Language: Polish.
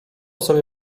sobie